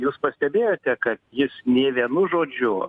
jūs pastebėjote kad jis nė vienu žodžiu